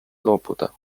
loobuda